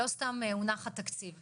לא סתם הונח התקציב.